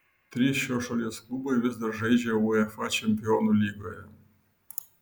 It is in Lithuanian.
trys šios šalies klubai vis dar žaidžia uefa čempionų lygoje